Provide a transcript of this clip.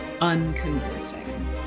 unconvincing